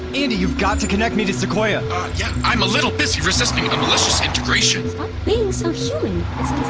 andi, you've got to connect me to sequoia! ah, yeah i'm a little busy resisting a malicious integration so